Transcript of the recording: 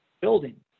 building